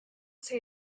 say